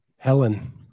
Helen